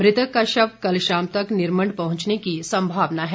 मृतक का शव कल शाम तक निरमण्ड पहुंचने की सम्भावना है